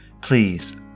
Please